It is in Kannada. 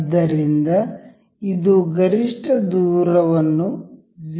ಆದ್ದರಿಂದ ಇದು ಗರಿಷ್ಠ ದೂರವನ್ನು 0